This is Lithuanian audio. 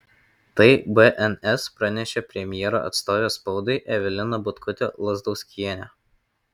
tai bns pranešė premjero atstovė spaudai evelina butkutė lazdauskienė